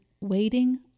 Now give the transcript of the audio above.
waiting